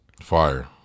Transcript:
Fire